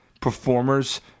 performers